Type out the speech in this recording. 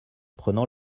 prenant